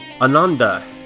Ananda